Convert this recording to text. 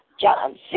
John